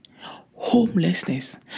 Homelessness